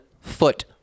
foot